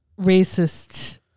Racist